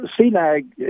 CNAG